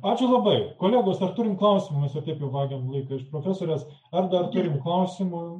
ačiū labai kolegos ar turim klausimų mes ir taip jau vagiam laiką iš profesorės ar dar turim klausimų